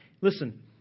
Listen